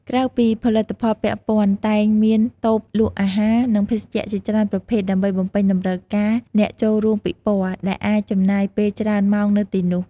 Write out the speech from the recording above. ក្រៅពីផលិតផលពាក់ព័ន្ធ តែងមានតូបលក់អាហារ និងភេសជ្ជៈជាច្រើនប្រភេទ ដើម្បីបំពេញតម្រូវការអ្នកចូលរួមពិព័រណ៍ ដែលអាចចំណាយពេលច្រើនម៉ោងនៅទីនោះ។